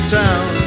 town